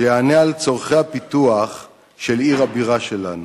שתענה על צורכי הפיתוח של עיר הבירה שלנו,